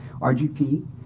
RGP